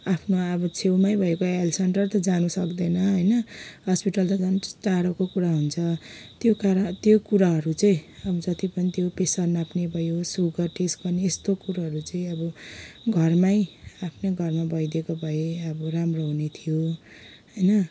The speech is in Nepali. आफ्नो अब छेउमै भएको हेल्थ सेन्टर त जानु सक्दैन होइन हस्पिटल त झन् टाढोको कुरा हुन्छ त्यो कार कुराहरू चाहिँ अब जति पनि त्यो प्रेसर नाप्ने भयो सुगर टेस्ट गर्ने यस्तो कुरोहरू चाहिँ अब घरमै आफ्नै घरमा भइदिएको भए अब राम्रो हुने थियो होइन